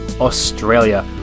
Australia